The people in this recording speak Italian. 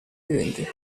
viventi